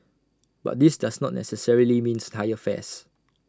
but this does not necessarily means higher fares